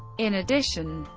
in addition,